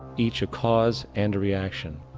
each a cause and a reaction,